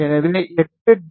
எனவே 8 டி